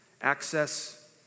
access